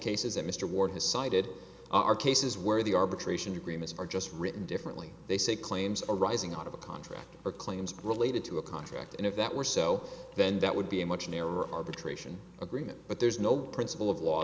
cases that mr ward has cited are cases where the arbitration agreements are just written differently they say claims arising out of a contract or claims related to a contract and if that were so then that would be a much narrower arbitration agreement but there's no principle of law